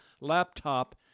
laptop